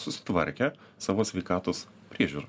susitvarkę savo sveikatos priežiūrą